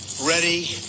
Ready